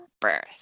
birth